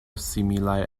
similaj